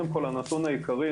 הנתון העיקרי,